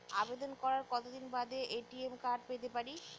আবেদন করার কতদিন বাদে এ.টি.এম কার্ড পেতে পারি?